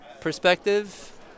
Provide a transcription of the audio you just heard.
perspective